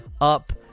up